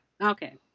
Okay